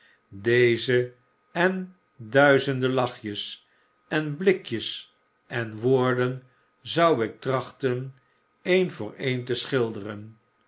deze en duizenden lachjes en blikjes en woorden zou ik trachten een voor een te schilderen